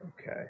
Okay